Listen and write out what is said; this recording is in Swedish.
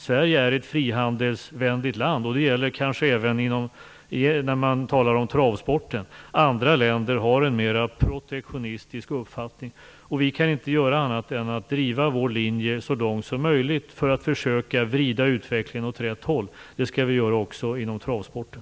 Sverige är ett frihandelsvänligt land, och det gäller kanske även när man talar om travsporten. Andra länder har en mer protektionistisk uppfattning. Vi kan inte göra annat än att driva vår linje så långt som möjligt för att försöka vrida utvecklingen åt rätt håll, och det skall vi göra också inom travsporten.